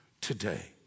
today